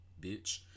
Bitch